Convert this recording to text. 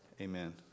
Amen